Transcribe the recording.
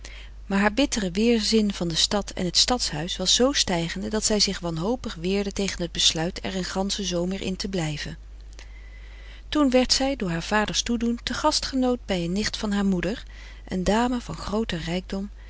maar haar bitteren weerzin van de stad en het stadshuis was zoo stijgende dat zij zich wanhopig weerde tegen t besluit er een ganschen zomer in te blijven toen werd zij door haar vaders toedoen te gast genood bij een nicht van haar moeder een dame van grooter rijkdom